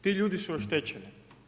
Ti ljudi su oštećeni.